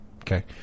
Okay